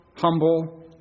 humble